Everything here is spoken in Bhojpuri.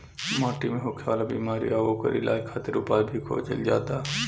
माटी मे होखे वाला बिमारी आ ओकर इलाज खातिर उपाय भी खोजल जाता